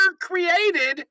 created